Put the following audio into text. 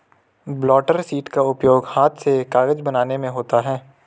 blotter sheet का उपयोग हाथ से कागज बनाने में होता है